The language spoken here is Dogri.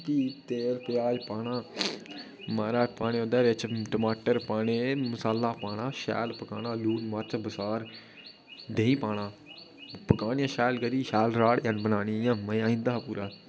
फ्ही तेल प्याज पाना माराज पाने ओह्द बिच्च टमाटर पाने मसाला पाना शैल पकाना लून मर्च बसार देहीं पाना पकाने शैल करी शैल राह्ड जन बनानी इ'यां मजा आई जंदा हा पूरा